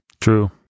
True